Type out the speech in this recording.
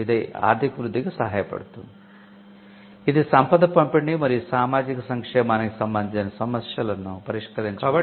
ఇది ఆర్థిక వృద్ధికి సహాయపడుతుంది ఇది సంపద పంపిణీ మరియు సామాజిక సంక్షేమానికి సంబంధించిన సమస్యలను పరిష్కరించడంలో సహాయపడుతుంది